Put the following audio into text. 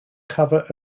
cover